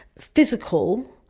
physical